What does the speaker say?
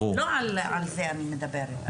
לא על זה אני מדברת.